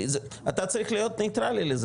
אתה צריך להיות נטרלי לזה,